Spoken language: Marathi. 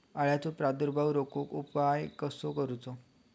अळ्यांचो प्रादुर्भाव रोखुक उपाय कसो करूचो?